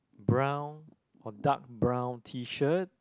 brown or dark brown T shirt